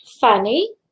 funny